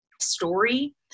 story